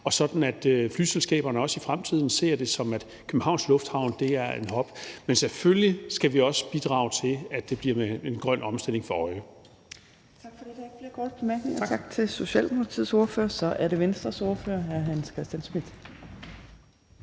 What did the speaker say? og sådan at flyselskaberne også i fremtiden ser det, som at Københavns Lufthavn er en hub. Men selvfølgelig skal vi også bidrage til, at det bliver med en grøn omstilling for øje.